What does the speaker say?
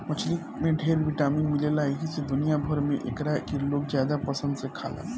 मछली में ढेर विटामिन मिलेला एही से दुनिया भर में एकरा के लोग ज्यादे पसंद से खाला